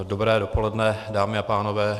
Dobré dopoledne, dámy a pánové.